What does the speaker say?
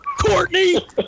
Courtney